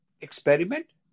experiment